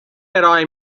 ارائه